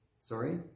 Sorry